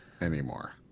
anymore